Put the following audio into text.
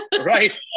Right